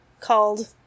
called